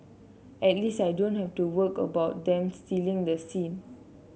at least I don't have to work about them stealing the scene